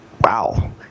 wow